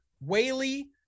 Whaley